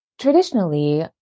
traditionally